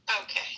Okay